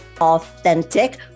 Authentic